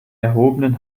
erhobenen